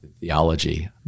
theology